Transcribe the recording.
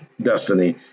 destiny